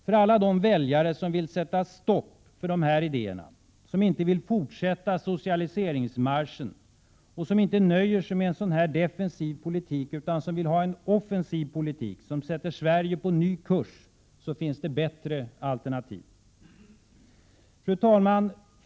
För alla de väljare som vill sätta stopp för dessa idéer, som inte vill fortsätta socialiseringsmarschen och som inte nöjer sig med en sådan här defensiv politik utan som vill ha en offensiv politik som sätter Sverige på en ny kurs, finns det bättre alternativ. Fru talman!